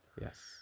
Yes